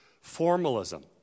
formalism